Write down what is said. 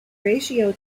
ratio